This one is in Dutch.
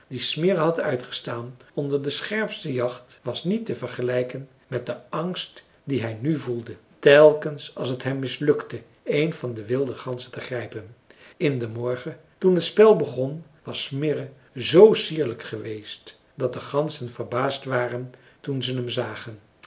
die smirre had uitgestaan onder de scherpste jacht was niet te vergelijken met den angst dien hij nu voelde telkens als het hem mislukte een van de wilde ganzen te grijpen in den morgen toen t spel begon was smirre zoo sierlijk geweest dat de ganzen verbaasd waren toen ze hem zagen